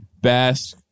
best